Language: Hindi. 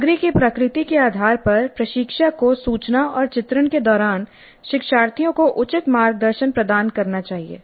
सामग्री की प्रकृति के आधार पर प्रशिक्षक को सूचना और चित्रण के दौरान शिक्षार्थियों को उचित मार्गदर्शन प्रदान करना चाहिए